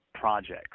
projects